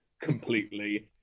completely